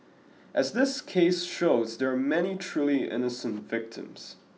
as this case shows there are many truly innocent victims